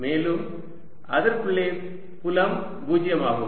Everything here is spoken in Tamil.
மேலும் அதற்குள்ளே புலம் 0 ஆகும்